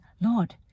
Lord